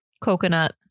coconut